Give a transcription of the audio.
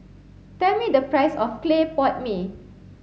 tell me the price of clay pot mee